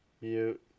Mute